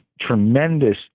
tremendous